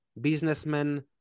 businessmen